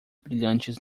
brilhantes